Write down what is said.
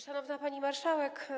Szanowna Pani Marszałek!